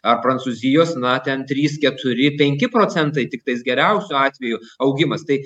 ar prancūzijos na ten trys keturi penki procentai tiktais geriausiu atveju augimas tai